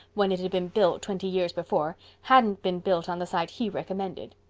when it had been built, twenty years before, hadn't been built on the site he recommended.